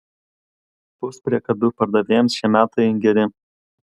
puspriekabių pardavėjams šie metai geri